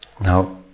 Now